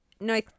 no